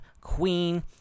Queen